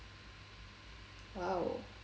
!wow!